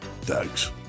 thanks